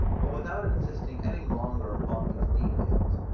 but without insisting any longer upon these details,